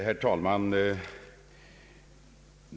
Herr talman!